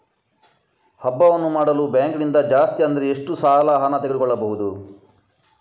ಹಬ್ಬವನ್ನು ಮಾಡಲು ಬ್ಯಾಂಕ್ ನಿಂದ ಜಾಸ್ತಿ ಅಂದ್ರೆ ಎಷ್ಟು ಸಾಲ ಹಣ ತೆಗೆದುಕೊಳ್ಳಬಹುದು?